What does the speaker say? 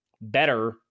better